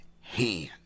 hand